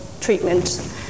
treatment